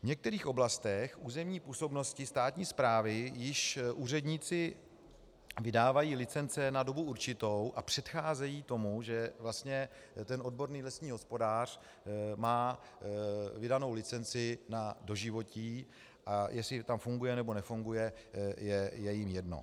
V některých oblastech územní působnosti státní správy již úředníci vydávají licence na dobu určitou a předcházejí tomu, že vlastně odborný lesní hospodář má vydanou licenci na doživotí, a jestli to tam funguje, nebo nefunguje, je jim jedno.